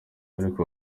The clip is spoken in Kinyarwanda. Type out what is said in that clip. ariko